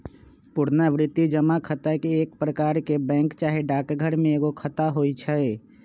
पुरनावृति जमा खता एक प्रकार के बैंक चाहे डाकघर में एगो खता होइ छइ